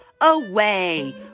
away